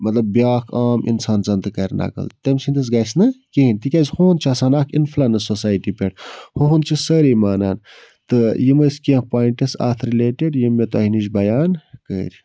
مطلب بیٛاکھ عام اِنسان زَن تہٕ کَرِ نَقٕل تٔمۍ سٕنٛدِس گژھِ نہِٕ کِہیٖنٛۍ تِکیٛازِ ہُہُنٛد چھُ آسان اَکھ اِنفٕلنٕس سوسایٹی پٮ۪ٹھ ہُہُنٛد چھِ سٲری مانان تہٕ یِم ٲسۍ کیٚنٛہہ پوایِنٛٹٕس اَتھ رِلیٹِڈ یِم مےٚ تۄہہِ نِش بیان کٔرۍ